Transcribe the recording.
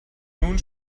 nun